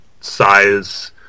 size